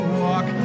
walk